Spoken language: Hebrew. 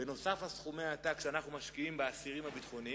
בנוסף על סכומי העתק שאנחנו משקיעים באסירים הביטחוניים,